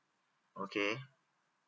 okay